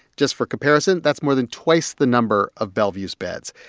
just for comparison, that's more than twice the number of bellevue's beds.